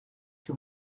que